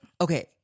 okay